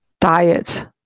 diet